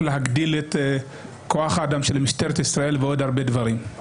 להגדיל את כוח האדם של משטרת ישראל ועוד הרבה דברים.